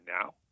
now